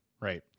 right